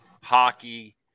hockey